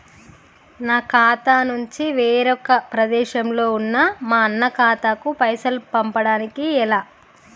నా ఖాతా నుంచి వేరొక ప్రదేశంలో ఉన్న మా అన్న ఖాతాకు పైసలు పంపడానికి ఎలా?